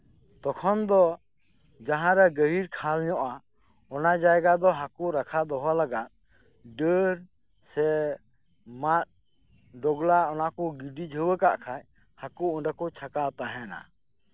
ᱛᱚᱠᱷᱚᱱ ᱫᱚ ᱡᱟᱦᱟᱸᱨᱮ ᱜᱟᱹᱦᱤᱨ ᱠᱷᱟᱞᱧᱚᱜᱼᱟ ᱚᱱᱟ ᱡᱟᱭᱜᱟ ᱫᱚ ᱦᱟᱹᱠᱩ ᱨᱟᱠᱷᱟ ᱫᱚᱦᱚ ᱞᱟᱜᱟᱫ ᱰᱟᱹᱨ ᱥᱮ ᱢᱟᱫ ᱰᱚᱜᱞᱟ ᱚᱱᱟᱠᱩ ᱜᱤᱰᱤ ᱡᱷᱟᱹᱣᱟᱹᱠᱟᱜ ᱠᱷᱟᱡ ᱦᱟᱹᱠᱩ ᱚᱸᱰᱮᱠᱩ ᱪᱷᱟᱠᱟᱣ ᱛᱟᱦᱮᱱᱟ